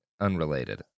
Unrelated